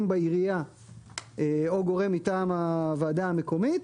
בעירייה או גורם מטעם הוועדה המקומית,